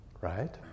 right